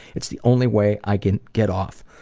it's the only way i can get off.